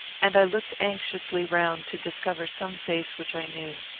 and i looked anxiously round to discover some face which i knew.